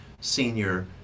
senior